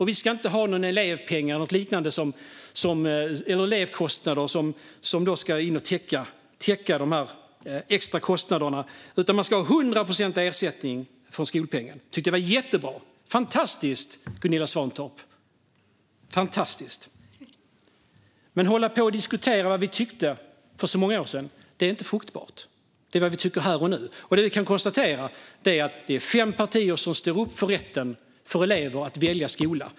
Vi ska inte ha någon elevpeng eller liknande som ska täcka de extra kostnaderna, utan man ska ha 100 procent ersättning från skolpengen. Vi tycker att det var jättebra. Det var fantastiskt, Gunilla Svantorp. Men att hålla på och diskutera vad vi tyckte för många år sedan är inte fruktbart, utan det handlar om vad vi tycker här och nu. Vi kan konstatera att fem partier står upp för rätten för elever att välja skola.